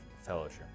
Fellowship